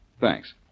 Thanks